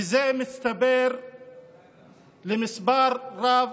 וזה מצטבר למספר רב